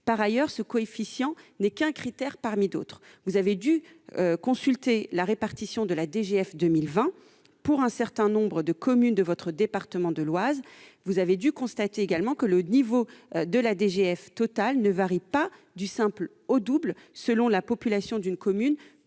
Par ailleurs, ce coefficient n'est qu'un critère parmi d'autres. Vous avez dû consulter la répartition de la DGF 2020 pour un certain nombre de communes de votre département de l'Oise. Vous avez dû constater que le niveau de la DGF totale ne varie pas du simple au double selon la population d'une commune,